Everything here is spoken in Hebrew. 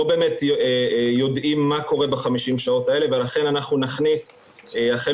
באמת יודעים מה קורה ב-50 שעות האלה ולכן אנחנו נכניס החל